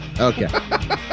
okay